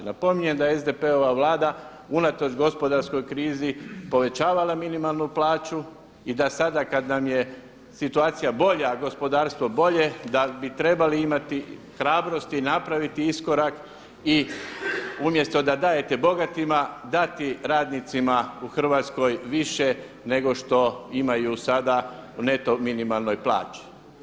Napominjem da je SDP-ova Vlada unatoč gospodarskog krizi povećavala minimalnu plaću i da sada kad nam je situacija bolja, gospodarstvo bolje, da bi trebali imati hrabrosti i napraviti iskorak i umjesto da dajete bogatima dati radnicima u Hrvatskoj više nego što imaju sada u neto minimalnoj plaći.